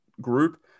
group